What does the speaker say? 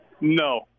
no